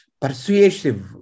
persuasive